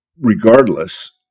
Regardless